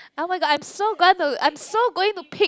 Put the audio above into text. oh-my-god I'm so going to I'm so going to pick